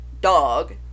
dog